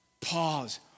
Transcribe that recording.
Pause